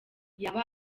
yaba